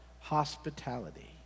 Hospitality